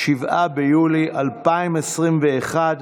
7 ביולי 2021,